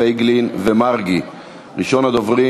1505 ו-1506,